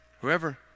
Whoever